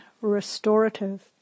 restorative